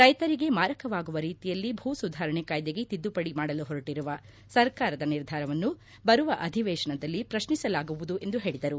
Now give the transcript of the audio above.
ರೈತರಿಗೆ ಮಾರಕವಾಗುವ ರೀತಿಯಲ್ಲಿ ಭುಸುಧಾರಣೆ ಕಾಯ್ದೆಗೆ ತಿದ್ದುಪಡಿ ಮಾಡಲು ಹೊರಟಿರುವ ಸರಕಾರದ ನಿರ್ಧಾರವನ್ನು ಬರುವ ಅಧಿವೇಶನದಲ್ಲಿ ಪ್ರತ್ನಿಸಲಾಗುವುದು ಎಂದು ಅವರು ಹೇಳಿದರು